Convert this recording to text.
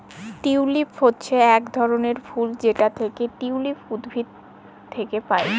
tulip হচ্ছে এক ধরনের ফুল যেটা টিউলিপ উদ্ভিদ থেকে পায়